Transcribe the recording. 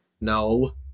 No